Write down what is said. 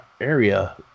area